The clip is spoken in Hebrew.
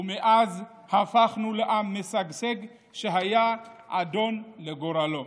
ומאז הפכנו לעם משגשג שהיה אדון לגורלו.